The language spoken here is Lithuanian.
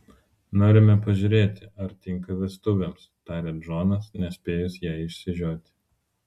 norime pažiūrėti ar tinka vestuvėms taria džonas nespėjus jai išsižioti